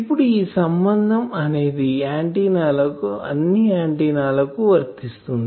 ఇప్పుడు ఈ సంబంధం అనేది అన్ని ఆంటిన్నా లకు వర్తిస్తుంది